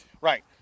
Right